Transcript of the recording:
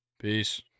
Peace